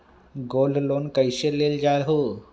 Gold loan कईसे लेल जाहु?